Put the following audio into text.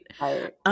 right